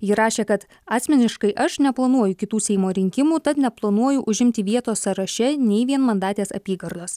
ji rašė kad asmeniškai aš neplanuoju kitų seimo rinkimų tad neplanuoju užimti vietos sąraše nei vienmandatės apygardos